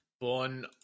Born